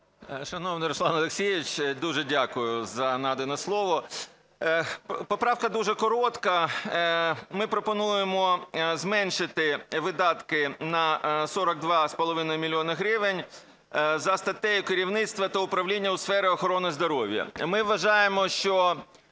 Шановний Руслан Олексійович, дуже дякую за надане слово. Поправка дуже коротка. Ми пропонуємо зменшити видатки на 42,5 мільйона гривень за статтею "Керівництво та управління у сфері охорони здоров'я".